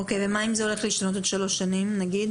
אוקי, ומה אם זה הולך להשתנות עוד שלוש שנים נגיד?